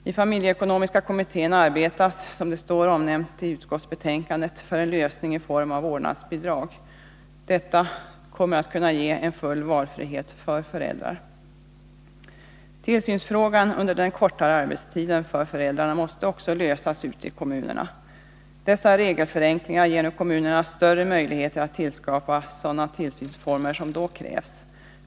I familjeekonomiska kommittén arbetas, som det står omnämnt i utskottsbetänkandet, för en lösning i form av vårdnadsbidrag. Detta skulle ge en full valfrihet för föräldrar. Också frågan om tillsynen för föräldrar med kortare arbetstid måste lösas ute i kommunerna. De regelförenklingar som föreslås ger nu kommunerna större möjligheter att tillskapa sådana tillsynsformer som då krävs.